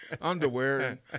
underwear